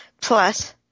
Plus